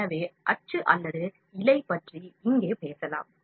எனவே அச்சு அல்லது இழை பற்றி இங்கே பேசலாம்